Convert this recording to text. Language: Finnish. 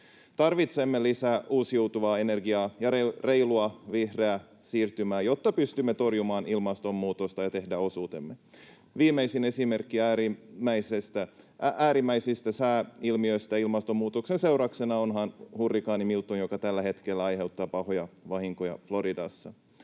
Tarvitsemme lisää uusiutuvaa energiaa ja reilua vihreää siirtymää, jotta pystymme torjumaan ilmastonmuutosta ja tekemään osuutemme. Viimeisin esimerkki äärimmäisistä sääilmiöistä ilmastonmuutoksen seurauksena on hurrikaani Milton, joka tällä hetkellä aiheuttaa pahoja vahinkoja Floridassa.